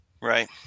Right